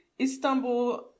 Istanbul